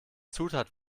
zutat